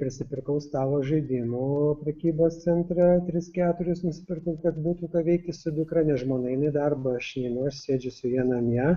prisipirkau stalo žaidimų prekybos centre tris keturis nusipirkau kad būtų ką veikti su dukra nes žmona eina į darbą aš neinu aš sėdžiu su ja namie